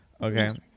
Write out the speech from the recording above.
Okay